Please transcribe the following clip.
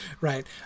right